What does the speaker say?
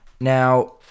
Now